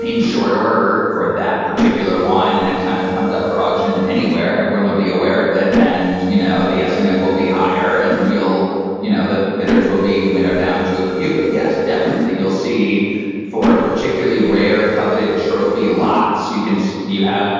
in short order for that particular wine, the next time it comes up for auction anywhere, everyone will be aware of it. and, you know, the estimate will be higher. and you'll you know, the bidders will be when down to a few. but yes, definitely you'll see for particularly rare coveted trophy lots you can. if you have,